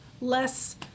less